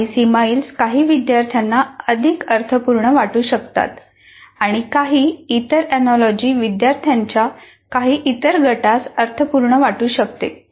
काही सिमाईल्स काही विद्यार्थ्यांना अधिक अर्थपूर्ण वाटू शकतात आणि काही इतर एनोलॉजीज विद्यार्थ्यांच्या काही इतर गटास अर्थपूर्ण वाटू शकते